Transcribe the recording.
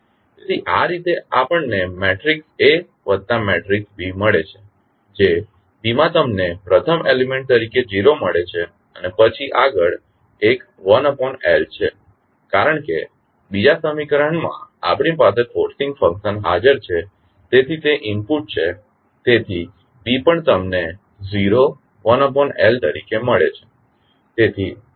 તેથી આ રીતે આપણને મેટ્રિક્સ A વત્તા મેટ્રિક્સ B મળે છે જે B માં તમને પ્રથમ એલીમેન્ટ તરીકે 0 મળે છે અને પછી આગળ એક 1L છે કારણ કે બીજા સમીકરણમાં આપણી પાસે ફોર્સિંગ ફંકશન હાજર છે તેથી તે ઇનપુટ છે તેથી B પણ તમને 0 1L તરીકે મળે છે